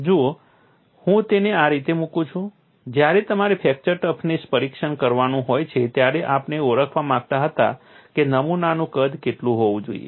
જુઓ હું તેને આ રીતે મૂકું છું જ્યારે તમારે ફ્રેક્ચર ટફનેસ પરીક્ષણ કરવાનું હોય છે ત્યારે આપણે ઓળખવા માંગતા હતા કે નમૂનાનું કદ કેટલું હોવું જોઈએ